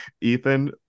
Ethan